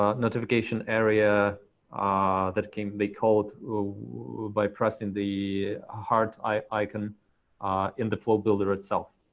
um notification area ah that can be called by pressing the heart icon in the flow builder itself.